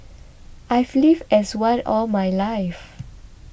I've lived as one all my life